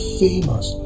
famous